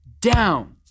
down